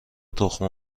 تخم